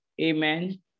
Amen